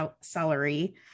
celery